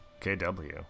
KW